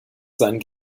sein